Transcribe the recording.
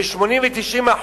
ב-80% 90%